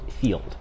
field